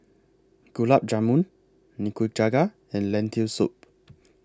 Gulab Jamun Nikujaga and Lentil Soup